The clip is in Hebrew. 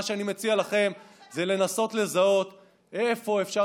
מה שאני מציע לכם זה לנסות לזהות איפה אפשר